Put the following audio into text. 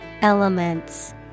Elements